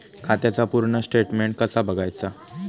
खात्याचा पूर्ण स्टेटमेट कसा बगायचा?